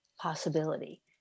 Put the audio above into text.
possibility